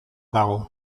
dago